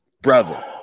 brother